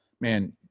man